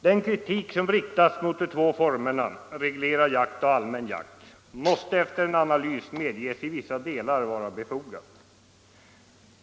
Den kritik som riktas mot de två formerna reglerad jakt och allmän jakt måste efter en analys medges i vissa delar vara befogad.